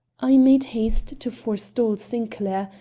i made haste to forestall sinclair,